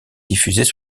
diffusées